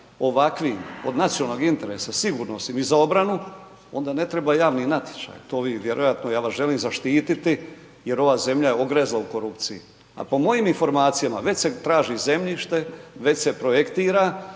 ovakvim od nacionalnog interesa sigurnosnim i za obranu onda ne treba javni natječaj, to vi vjerojatno, ja vas želim zaštititi jer ova zemlja je ogrezla u korupciji, a po mojim informacijama već se traži zemljište, već se projektira,